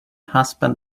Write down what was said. husband